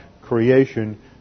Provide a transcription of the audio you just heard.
creation